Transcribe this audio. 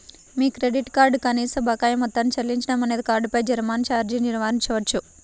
మీ credit card పై కనీస బకాయి మొత్తాన్ని చెల్లించడం అనేది కార్డుపై జరిమానా ఛార్జీని నివారించవచ్చు